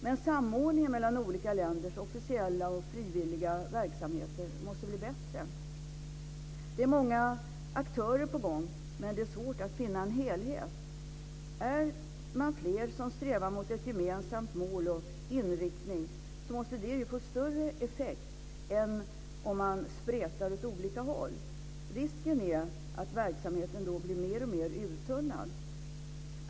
Men samordningen mellan olika länders officiella och frivilliga verksamheter måste bli bättre. Det är många aktörer på gång, men det är svårt att finna en helhet. Är man flera som strävar mot ett gemensamt mål och en gemensam inriktning, måste det få större effekt än om man spretar åt olika håll. Risken är den att verksamheten då blir mer och mer uttunnad.